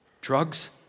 drugs